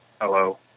Hello